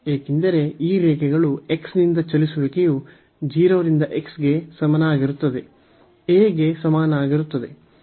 ಏಕೆಂದರೆ ಈ ರೇಖೆಗಳು x ನಿಂದ ಚಲಿಸುವಿಕೆಯು 0 ರಿಂದ x ಗೆ ಸಮನಾಗಿರುತ್ತದೆ a ಗೆ ಸಮಾನವಾಗಿರುತ್ತದೆ